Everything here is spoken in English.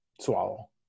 swallow